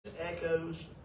echoes